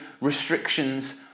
restrictions